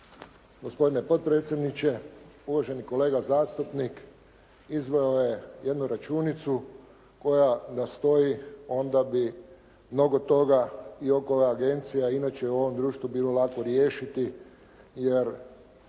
Gospodine potpredsjedniče, uvaženi kolega zastupnik izveo je jednu računicu koja da stoji onda bi mnogo toga i oko ove agencije a i inače u ovom društvu bilo lako riješiti jer